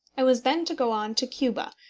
i was then to go on to cuba,